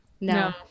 no